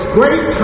great